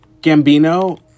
Gambino